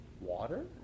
Water